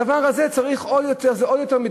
בדבר הזה זה עוד יותר מתגבר,